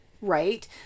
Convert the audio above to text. Right